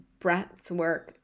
breathwork